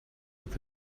with